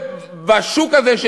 בשוק הזה,